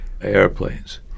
airplanes